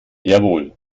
jawohl